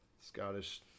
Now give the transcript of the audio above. Scottish